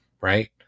right